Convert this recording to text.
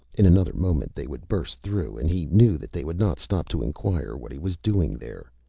in another moment they would burst through, and he knew that they would not stop to enquire what he was doing there.